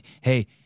Hey